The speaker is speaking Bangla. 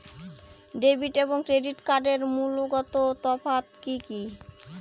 ডেবিট এবং ক্রেডিট কার্ডের মূলগত তফাত কি কী?